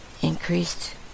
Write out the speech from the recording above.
increased